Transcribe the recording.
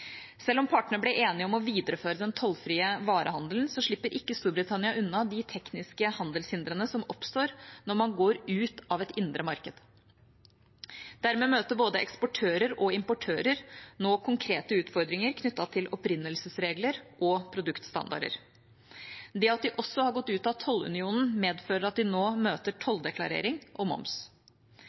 Selv om partene ble enige om å videreføre den tollfrie varehandelen, slipper ikke Storbritannia unna de tekniske handelshindrene som oppstår når man går ut av et indre marked. Dermed møter både eksportører og importører nå konkrete utfordringer knyttet til opprinnelsesregler og produktstandarder. Det at de også har gått ut av tollunionen, medfører at de nå møter tolldeklarering og moms.